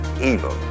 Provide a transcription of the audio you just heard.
evil